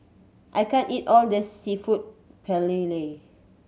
I can't eat all of this Seafood Paella